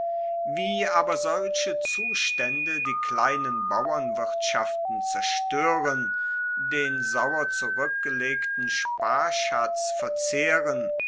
wie aber solche zustaende die kleinen bauernwirtschaften zerstoeren den sauer zurueckgelegten sparschatz verzehren